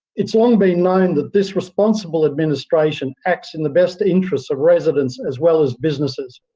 it's long been known that this responsible administration acts in the best interests of residents as well as businesses,